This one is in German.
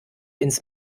ins